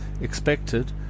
expected